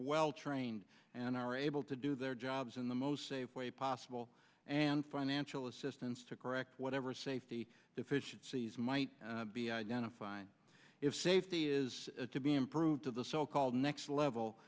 well trained and are able to do their jobs in the most safe way possible and financial assistance to correct whatever safety deficiencies might be identified if safety is to be improved to the so called next level